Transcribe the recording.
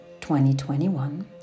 2021